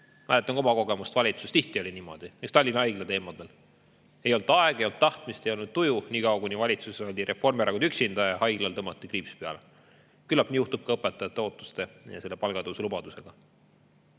mäletan ka oma kogemust valitsuses, tihti oli niimoodi, näiteks Tallinna Haigla teemadel, et ei olnud aega, ei olnud tahtmist, ei olnud tuju, nii kaua kuni valitsuses oli Reformierakond üksinda ja haiglale tõmmati kriips peale. Küllap nii juhtub ka õpetajate ootuste ja selle palgatõusu lubadusega.